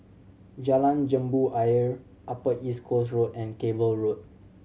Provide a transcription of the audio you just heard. Jalan Jambu Ayer Upper East Coast Road and Cable Road